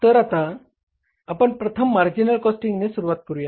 तर आता आपण प्रथम मार्जिनल कॉस्टिंगने सुरुवात करूया